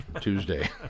Tuesday